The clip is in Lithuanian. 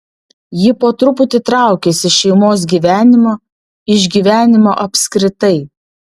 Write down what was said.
ji po truputį traukėsi iš šeimos gyvenimo iš gyvenimo apskritai